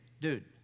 dude